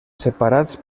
separats